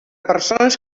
persones